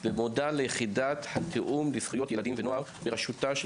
ומודה ליחידת התיאום לזכויות ילדים ונוער בראשותה של